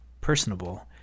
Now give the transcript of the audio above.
personable